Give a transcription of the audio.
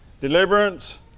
Deliverance